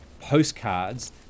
postcards